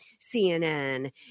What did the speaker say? CNN